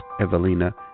Evelina